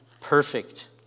perfect